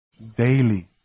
Daily